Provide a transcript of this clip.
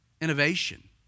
Innovation